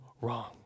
wrong